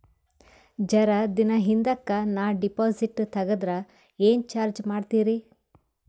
ಜರ ದಿನ ಹಿಂದಕ ನಾ ಡಿಪಾಜಿಟ್ ತಗದ್ರ ಏನ ಚಾರ್ಜ ಮಾಡ್ತೀರಿ?